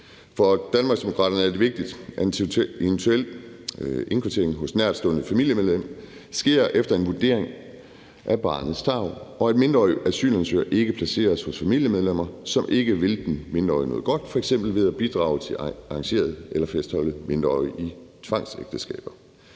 For Danmarksdemokraterne er det vigtigt, at en eventuel indkvartering hos et nærtstående familiemedlem sker efter en vurdering af barnets tarv, og at mindreårige asylansøgere ikke placeres hos familiemedlemmer, som ikke vil den mindreårige noget godt, og som f.eks. vil bidrage til arrangerede ægteskaber eller fastholde den mindreårige i tvangsægteskaber.